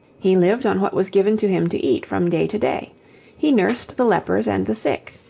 he lived on what was given to him to eat from day to day he nursed the lepers and the sick.